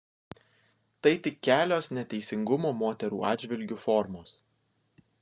tai tik kelios neteisingumo moterų atžvilgiu formos